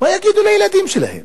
מה יגידו לילדים שלהם?